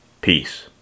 peace